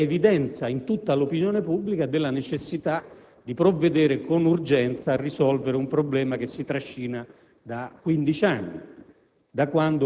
c'è l'evidenza in tutta l'opinione pubblica della necessità di provvedere con urgenza a risolvere un problema che si trascina da quindici